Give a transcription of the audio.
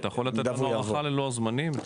אתה יכול לתת לנו הערכה ללוח זמנים?